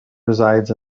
resides